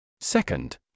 Second